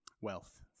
Wealth